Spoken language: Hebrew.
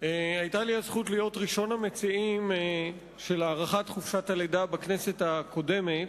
היתה לי הזכות להיות ראשון המציעים של הארכת חופשת הלידה בכנסת הקודמת.